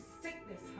sickness